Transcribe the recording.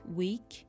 week